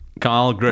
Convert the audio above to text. Carl